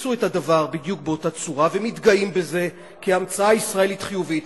עשו את הדבר בדיוק באותה צורה ומתגאים בזה כהמצאה ישראלית חיובית.